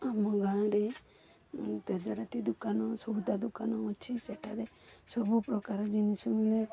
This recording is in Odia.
ଆମ ଗାଁରେ ତେଜରାତି ଦୋକାନ ସଉଦା ଦୋକାନ ଅଛି ସେଠାରେ ସବୁପ୍ରକାର ଜିନିଷ ମିଳେ